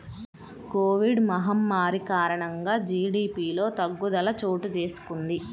Covid మహమ్మారి కారణంగా జీడీపిలో తగ్గుదల చోటుచేసుకొంది